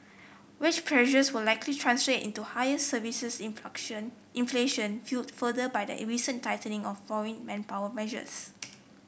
wage pressures will likely translate into higher services inflation fuelled further by the recent tightening of foreign manpower measures